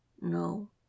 No